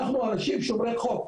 אנחנו אנשים שומרי חוק,